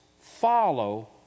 follow